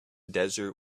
desert